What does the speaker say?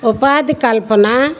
ఉపాధి కల్పన